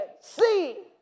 see